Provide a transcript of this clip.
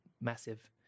massive